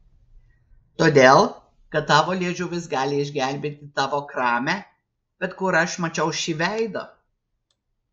todėl kad tavo liežuvis gali išgelbėti tavo kramę bet kur aš mačiau šį veidą